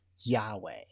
Yahweh